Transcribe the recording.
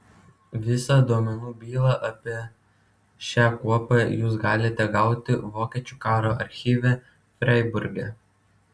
visą duomenų bylą apie šią kuopą jūs galite gauti vokiečių karo archyve freiburge